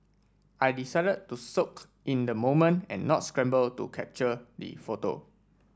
I decided to soak in the moment and not scramble to capture the photo